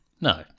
No